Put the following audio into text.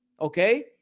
Okay